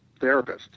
therapists